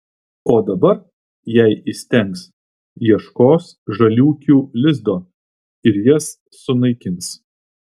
o dabar jei įstengs ieškos žaliūkių lizdo ir jas sunaikins